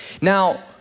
Now